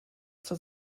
zur